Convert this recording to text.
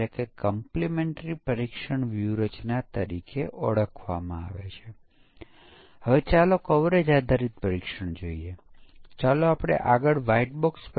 કેટલાક code elements જેવા કે નિર્ણયો શરતો અને નિવેદનોને આવરી લેવામાં આવે છે કે નહીં તેના આધારે પરીક્ષણના કેસોની રચના કરવા માટે આપણે કોડને જોઈએ છીએ